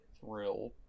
Thrill